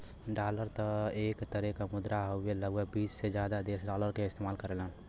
dollar एक तरे क मुद्रा हउवे लगभग बीस से जादा देश डॉलर क इस्तेमाल करेलन